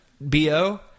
BO